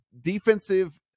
defensive